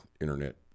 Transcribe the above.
internet